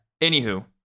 Anywho